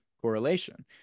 correlation